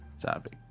topic